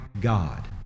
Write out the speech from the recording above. God